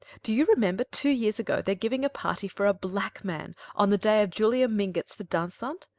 do you remember, two years ago, their giving a party for a black man on the day of julia mingott's the dansant?